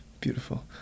beautiful